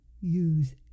use